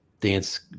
dance